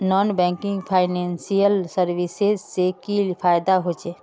Non banking financial services से की फायदा होचे?